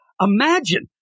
Imagine